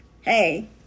Hey